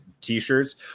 t-shirts